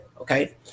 okay